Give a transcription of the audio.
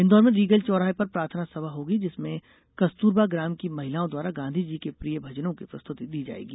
इंदौर में रीगल चौराहे पर प्रार्थना सभा होगी जिसमें कस्तुरबा ग्राम की महिलाओं द्वारा गांधी जी के प्रिय भजनों की प्रस्तुति दी जायेगी